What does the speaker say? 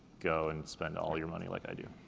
go and spend all your money like i do.